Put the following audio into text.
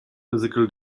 physical